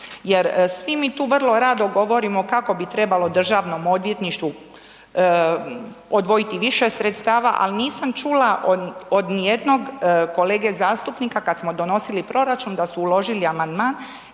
jer svi mi tu vrlo rado govorimo kako bi trebalo Državnom odvjetništvu odvojiti više sredstava ali nisam čula od nijednog kolege zastupnika kad smo donosili proračun da su uložili amandman